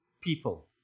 people